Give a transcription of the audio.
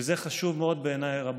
וזה חשוב מאוד בעיניי, רבותיי,